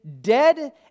dead